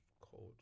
cold